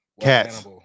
cats